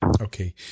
Okay